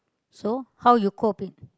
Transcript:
so how you coping